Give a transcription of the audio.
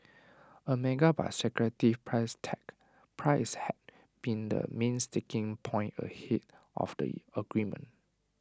A mega but secretive price tag price had been the main sticking point ahead of the agreement